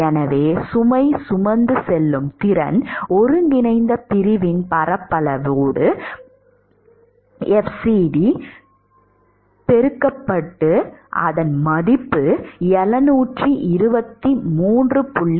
எனவே சுமை சுமந்து செல்லும் திறன் ஒருங்கிணைந்த பிரிவின் பரப்பளவு fcd என்பது 723